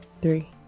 three